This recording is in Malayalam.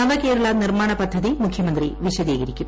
നവ കേരള നിർമ്മാണ പദ്ധതി മുഖ്യമന്ത്രി വിശദീകരിക്കും